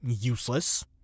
useless